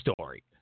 Story